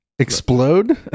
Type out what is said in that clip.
explode